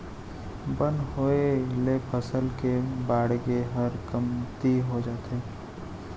बन होय ले फसल के बाड़गे हर कमती हो जाथे